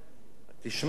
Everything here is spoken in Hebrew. או בתי-כנסיות?